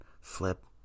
flip